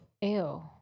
ew